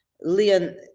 Leon